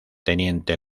teniente